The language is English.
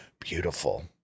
beautiful